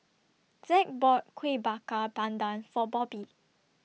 Zack bought Kuih Bakar Pandan For Bobbi